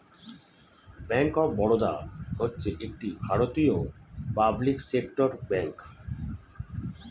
bank of Baroda হচ্ছে একটি ভারতীয় পাবলিক সেক্টর ব্যাঙ্ক